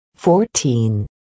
Fourteen